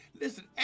listen